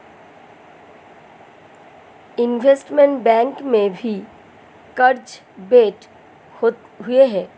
investment bank में भी कार्य बंटे हुए हैं